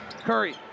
Curry